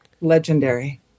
legendary